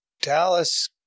Dallas